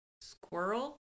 squirrel